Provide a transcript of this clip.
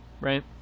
right